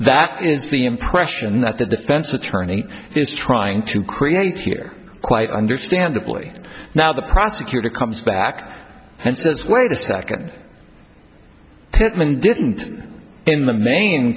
that is the impression that the defense attorney is trying to create here quite understandably now the prosecutor comes back and says wait a second hitmen didn't in the main